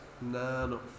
no